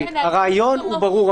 הרעיון ברור,